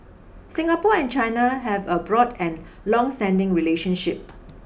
Singapore and China have a broad and longstanding relationship